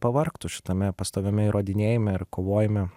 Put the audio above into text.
pavargtų šitame pastoviame įrodinėjame ir kovojame